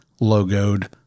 logoed